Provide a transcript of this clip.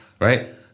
Right